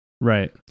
Right